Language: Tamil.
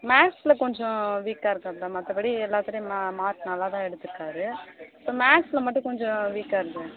மேக்ஸ்ஸில் கொஞ்சம் வீக்காக இருக்காப்ல மற்றப்படி எல்லாத்திலையும் மா மார்க் நல்லா தான் எடுத்துருக்காரு இப்போ மேக்ஸ்ஸில் மட்டும் கொஞ்சம் வீக்காக இருக்கார்